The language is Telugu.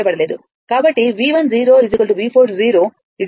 కాబట్టి V1 V 4 0